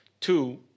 Two